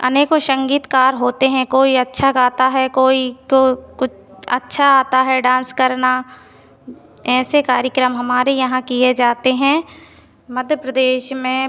अनेकों संगीतकार होते हैं कोई अच्छा गाता है कोई कुछ अच्छा आता है डांस करना ऐसे कार्यक्रम हमारे यहाँ किए जाते हैं मध्य प्रदेश में